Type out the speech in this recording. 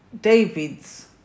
David's